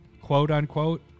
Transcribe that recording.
quote-unquote